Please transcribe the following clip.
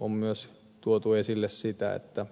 on myös tuotu esille sitä että